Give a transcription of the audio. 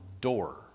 door